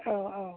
औ औ